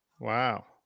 Wow